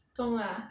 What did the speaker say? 中辣 ah